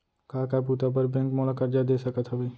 का का बुता बर बैंक मोला करजा दे सकत हवे?